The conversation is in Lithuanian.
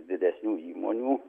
didesnių įmonių